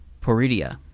Poridia